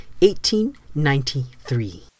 1893